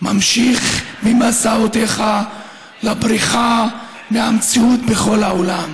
ממשיך במסעותיך, לבריחה מהמציאות בכל העולם?